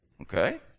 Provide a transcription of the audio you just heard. Okay